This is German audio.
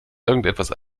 irgendetwas